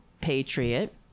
patriot